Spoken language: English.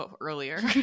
earlier